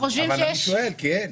אבל אני שואל כי אין.